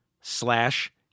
slash